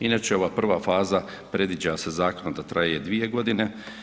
Inače, ova prva faza predviđa se zakonom da traje 2 godine.